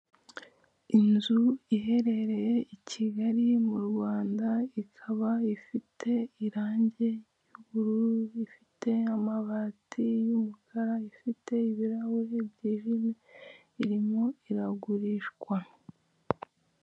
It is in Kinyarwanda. Inzu iherereye i Kigali mu Rwanda ikaba ifite irangi ry'ubururu ifite amabati y'umukara ifite ibirahuri byijimye irimo iragurishwa.